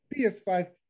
PS5